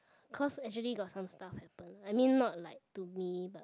cause actually got some stuff happen I mean not like to me but